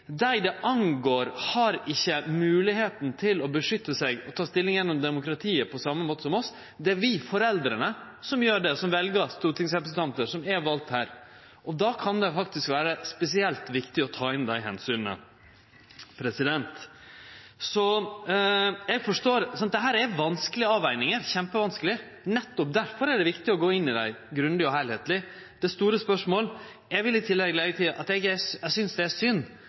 dei det angår, ikkje har moglegheita til å beskytte seg og ta stilling gjennom demokratiet på same måte som oss. Det er vi, foreldra, som gjer det, som vel stortingsrepresentantar, som er valde her, og då kan det faktisk vere spesielt viktig å ta inn dei omsyna. Eg forstår dette er vanskelege avvegingar – kjempevanskelege. Nettopp difor er det viktig å gå inn i dei grundig og heilskapleg. Det er store spørsmål. Eg vil i tillegg leggje til at eg synest det er